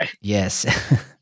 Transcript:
yes